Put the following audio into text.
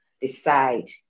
decide